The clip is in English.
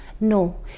No